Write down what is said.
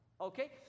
okay